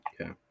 Okay